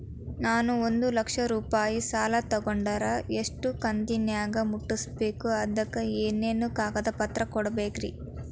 ನಾನು ಒಂದು ಲಕ್ಷ ರೂಪಾಯಿ ಸಾಲಾ ತೊಗಂಡರ ಎಷ್ಟ ಕಂತಿನ್ಯಾಗ ಮುಟ್ಟಸ್ಬೇಕ್, ಅದಕ್ ಏನೇನ್ ಕಾಗದ ಪತ್ರ ಕೊಡಬೇಕ್ರಿ?